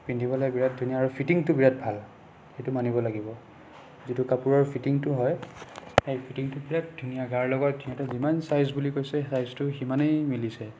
পিন্ধিবলৈ বিৰাট ধুনীয়া আৰু ফিটিংটো বিৰাট ভাল সেইটো মানিব লাগিব যিটো কপোৰৰ ফিটিংটো হয় সেই ফিটিংটো বিৰাত ধুনীয়া গাৰ লগত সিঁহতে যিমান চাইজ বুলি কৈছে সেই চাইজটো সিমানেই মিলিছে